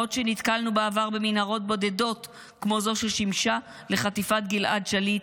למרות שנתקלנו בעבר במנהרות בודדות כמו זו ששימשה לחטיפת גלעד שליט,